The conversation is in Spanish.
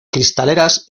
cristaleras